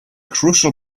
crucial